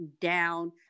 down